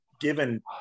given